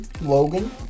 Logan